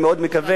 אני מאוד מקווה,